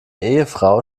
ehefrau